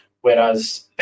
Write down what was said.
whereas